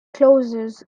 closes